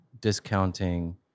discounting